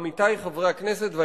עמיתי חברי הכנסת, זה יותר גרוע.